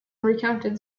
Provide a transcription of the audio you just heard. recounted